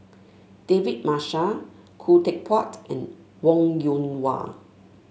David Marshall Khoo Teck Puat and Wong Yoon Wah